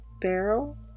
barrel